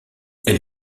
elle